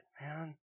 man